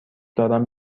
دارم